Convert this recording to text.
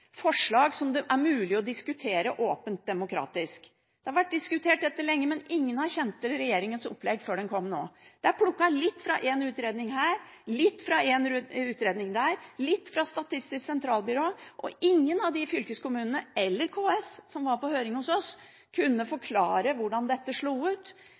forslag som det er mulig å diskutere åpent, demokratisk. Dette har vært diskutert lenge, men ingen har kjent til regjeringens opplegg før det kom nå. Det er plukket litt fra en utredning her, litt fra en utredning der og litt fra Statistisk sentralbyrå, og ingen av fylkeskommunene eller KS, som var på høring hos oss, kunne forklare hvordan dette slo ut.